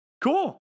cool